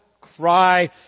cry